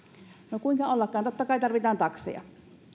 no kuinka ollakaan totta kai tarvitaan takseja